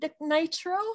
nitro